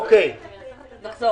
נתקבלה.